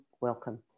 welcome